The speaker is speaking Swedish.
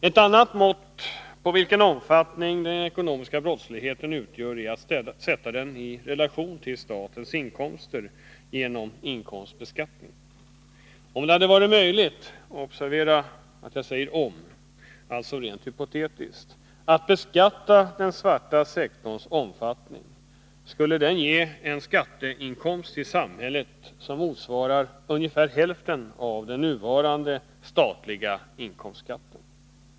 Ett annat mått på vilken omfattning den ekonomiska brottsligheten har får man genom att sätta den i relation till statens inkomster genom inkomstbeskattningen. Om det hade varit möjligt — observera att jag säger om; fallet är alltså rent hypotetiskt — att beskatta den svarta sektorn, skulle den ge en skatteinkomst till samhället som motsvarade ungefär hälften av den nuvarande statliga inkomstskatten.